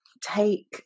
take